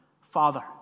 Father